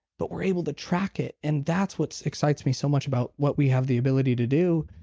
but we're able to track it and that's what excites me so much about what we have the ability to do,